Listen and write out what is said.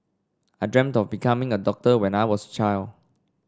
I dreamt of becoming a doctor when I was child